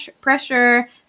pressure